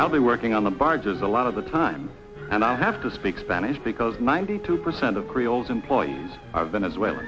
i'll be working on the barges a lot of the time and i have to speak spanish because ninety two percent of creoles employees are venezuela